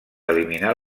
eliminar